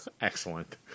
excellent